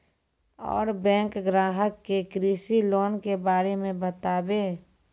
और बैंक ग्राहक के कृषि लोन के बारे मे बातेबे?